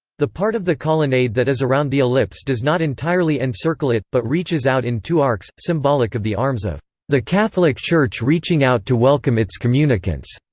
the part of the colonnade that is around the ellipse does not entirely encircle it, but reaches out in two arcs, symbolic of the arms of the catholic church reaching out to welcome its communicants.